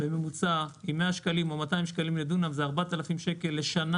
אז 100 או 200 שקלים לדונם יוצא 4,000 שקל לשנה